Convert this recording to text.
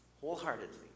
wholeheartedly